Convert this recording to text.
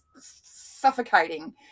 suffocating